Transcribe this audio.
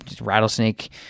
Rattlesnake